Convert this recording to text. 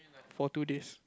for two days